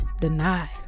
denied